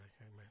amen